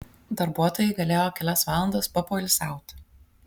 darbuotojai galėjo kelias valandas papoilsiauti